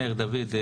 מאיר דוד,